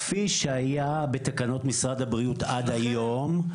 כפי שהיה בתקנות משרד הבריאות עד היום.